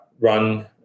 run